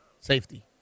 safety